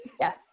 Yes